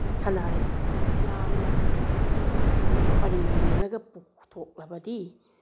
ꯁꯅꯥꯔꯩ ꯌꯥꯝꯅ ꯄꯔꯦꯡ ꯂꯦꯡꯉꯒ ꯄꯨꯊꯣꯛꯂꯕꯗꯤ